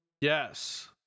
Yes